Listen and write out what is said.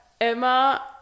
emma